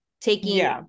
taking